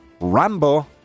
Rambo